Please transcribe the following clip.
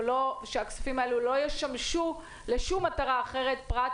ושהכספים האלה לא ישמשו לשום מטרה אחרת פרט